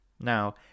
Now